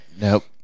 nope